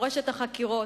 מורשת החקירות,